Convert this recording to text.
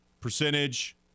Percentage